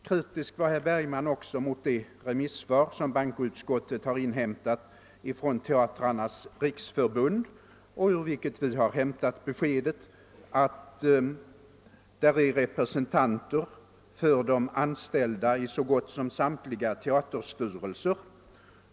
Kritisk var herr Bergman även mot det remissvar som bankoutskottet har inhämtat från Teatrarnas riksförbund och ur vilket vi har hämtat beskedet att det finns representanter för de anställda i så gott som samtliga teaterstyrelser.